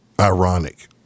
ironic